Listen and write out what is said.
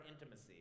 intimacy